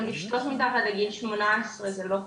גם לשתות מתחת לגיל 18 זה לא חוקי.